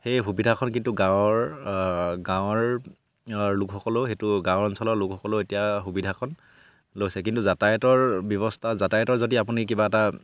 সেই সুবিধাকন কিন্তু গাঁৱৰ গাঁৱৰ লোকসকলেও সেইটো গাঁও অঞ্চলৰ লোকসকলেও এতিয়া সুবিধাকন লৈছে কিন্তু যাতায়তৰ ব্যৱস্থা যাতায়তৰ যদি আপুনি কিবা এটা